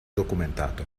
documentato